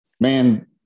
Man